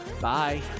Bye